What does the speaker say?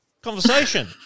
conversation